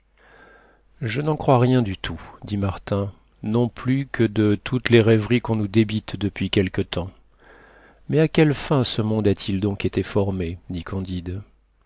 je n'en crois rien du tout dit martin non plus que de toutes les rêveries qu'on nous débite depuis quelque temps mais à quelle fin ce monde a-t-il donc été formé dit candide